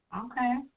Okay